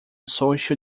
social